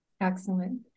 Excellent